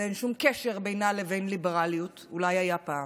ואין שום קשר בינה לבין ליברליות, אולי היה פעם.